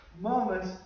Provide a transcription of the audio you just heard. moments